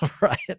right